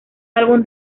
álbum